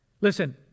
Listen